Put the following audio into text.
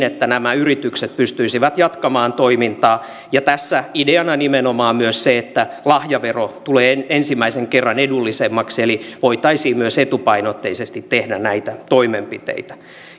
että nämä yritykset pystyisivät jatkamaan toimintaa ja tässä ideana on nimenomaan myös se että lahjavero tulee ensimmäisen kerran edullisemmaksi eli voitaisiin myös etupainotteisesti tehdä näitä toimenpiteitä